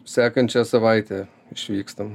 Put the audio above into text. sekančią savaitę išvykstam